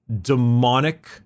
demonic